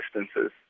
distances